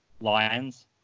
Lions